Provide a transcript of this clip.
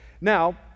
Now